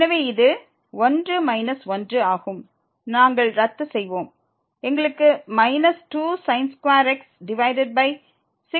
எனவே இது 1 மைனஸ் 1 ஆகும் நாங்கள் ரத்து செய்வோம் எங்களுக்கு minus 2x divided by 6 x2 உள்ளது